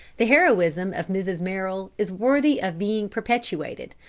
the heroism of mrs. merrill is worthy of being perpetuated,